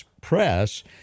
press